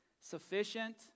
sufficient